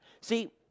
See